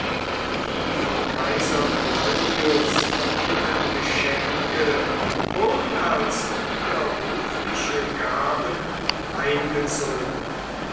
die vom kaiser claudius verliehenen geschenke wurden als widerrufliche gaben eingezogen